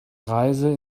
reise